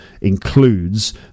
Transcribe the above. includes